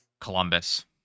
Columbus